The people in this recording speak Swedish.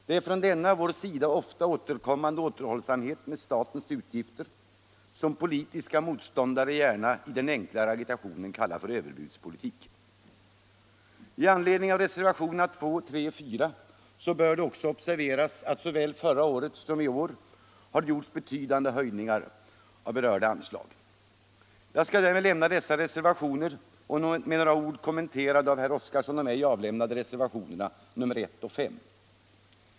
Det är denna från vår sida ofta återkommande återhållsamhet med statens utgifter, som politiska motståndare gärna i den enklare agitationen kallar för överbudspolitik. Med anledning av reservationerna 2, 3 och 4 bör också observeras att det såväl förra året som i år har skett betydande höjningar av berörda anslag. Jag skall därmed lämna dessa reservationer och med några ord kommentera de av herr Oskarson och mig avlämnade reservationerna I och 5.